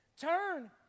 Turn